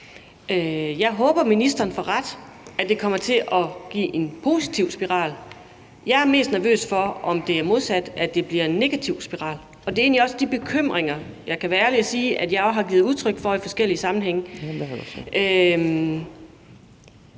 Jeg håber, at ministeren får ret, altså at det kommer til at give en positiv spiral. Jeg er mest nervøs for, om det er modsat, altså at det bliver en negativ spiral, og det er egentlig også de bekymringer, som jeg kan være ærlig at sige at jeg også har givet udtryk for i forskellige sammenhænge.